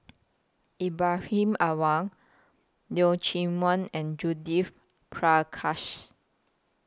Ibrahim Awang Leong Chee Mun and Judith Prakash